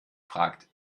fragt